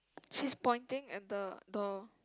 she's pointing at the door